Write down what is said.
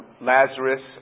Lazarus